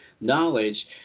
knowledge